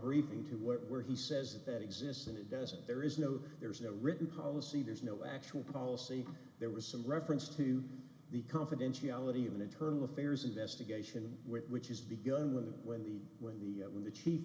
briefing to what where he says that that exists and it doesn't there is no there's no written policy there's no actual policy there was some reference to the confidentiality of an internal affairs investigation which is begun when the when the when the when the ch